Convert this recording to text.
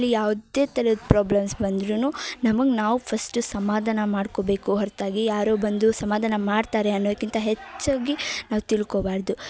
ಯಾವುದೇ ಥರದ ಪ್ರಾಬ್ಲಮ್ಸ್ ಬಂದರೂ ನಮಗೆ ನಾವು ಫಸ್ಟ್ ಸಮಾಧಾನ ಮಾಡ್ಕೊಬೇಕು ಹೊರ್ತಾಗಿ ಯಾರೋ ಬಂದು ಸಮಾಧಾನ ಮಾಡ್ತಾರೆ ಅನ್ನೋಕ್ಕಿಂತ ಹೆಚ್ಚಾಗಿ ನಾವು ತಿಳ್ಕೊಬಾರದು